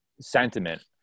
sentiment